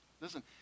Listen